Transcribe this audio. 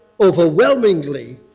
overwhelmingly